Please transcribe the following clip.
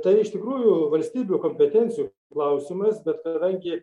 tai iš tikrųjų valstybių kompetencijų klausimas bet kadangi